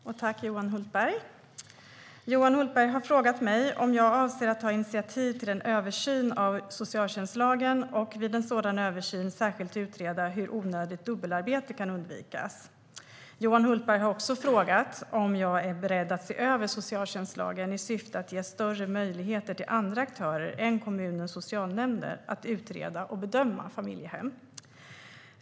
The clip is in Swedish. Fru talman! Johan Hultberg har frågat mig om jag avser att ta initiativ till en översyn av socialtjänstlagen och vid en sådan översyn särskilt utreda hur onödigt dubbelarbete kan undvikas. Johan Hultberg har också frågat om jag är beredd att se över socialtjänstlagen i syfte att ge större möjligheter till andra aktörer än kommunernas socialnämnder att utreda och bedöma familjehem.